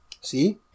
See